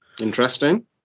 Interesting